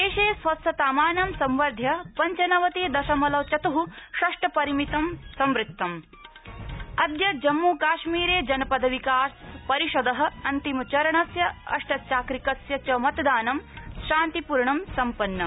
देशे स्वस्थतामानं संवर्ध्य पंच नवति दशमलव चत्ः षट् परिमितम् संवृत्तम् अद्य जम्मू कश्मीरे जनपद विकास परिषद अन्तिचरणस्य अष्टचाक्रिकस्य च मतदानं शान्तिपूर्णं सम्पन्नम्